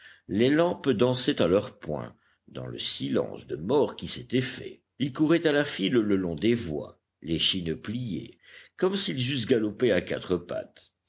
les lampes dansaient à leurs poings dans le silence de mort qui s'était fait ils couraient à la file le long des voies l'échine pliée comme s'ils eussent galopé à quatre pattes